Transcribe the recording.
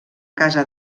casa